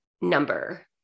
number